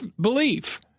belief